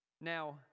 Now